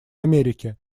америки